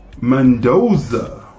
Mendoza